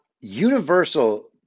universal